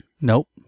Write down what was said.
Nope